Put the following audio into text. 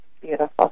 Beautiful